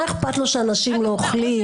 מה אכפת לו שאנשים לא אוכלים?